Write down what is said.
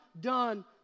done